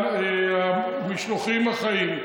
עניין המשלוחים החיים?